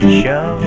show